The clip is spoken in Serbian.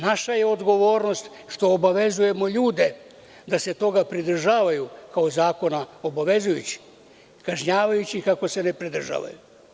Naša je odgovornost što obavezujemo ljude da se toga pridržavaju, kao zakona obavezujući, kažnjavajući, ako se ne pridržavaju.